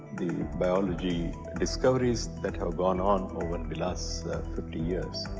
biology discoveries that have gone on over and the last fifty years.